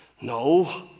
No